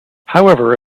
however